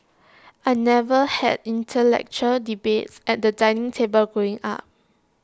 I never had intellectual debates at the dining table growing up